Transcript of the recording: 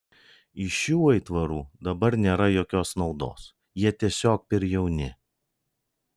iš šių aitvarų dabar nėra jokios naudos jie tiesiog per jauni